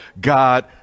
God